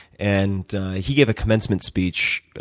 and he gave a commencement speech.